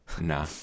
Nah